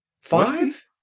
five